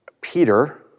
Peter